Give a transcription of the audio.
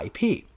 IP